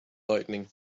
lightning